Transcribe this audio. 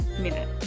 minute